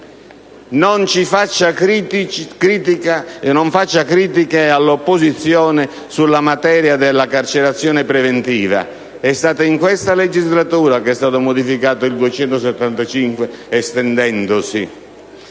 Non faccia critiche all'opposizione sulla materia della carcerazione preventiva. È in questa legislatura che è stato modificato l'articolo